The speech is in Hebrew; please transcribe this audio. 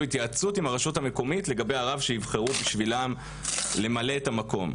התייעצות עם הרשות המקומית לגבי הרב שיבחרו בשבילם למלא את המקום.